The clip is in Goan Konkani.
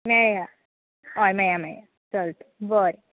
मेळया हय मेळया मेळया चल तर बरें